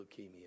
leukemia